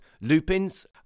Lupin's